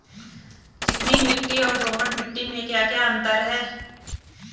चिकनी मिट्टी और दोमट मिट्टी में क्या क्या अंतर है?